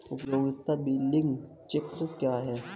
उपयोगिता बिलिंग चक्र क्या है?